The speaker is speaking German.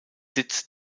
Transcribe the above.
sitz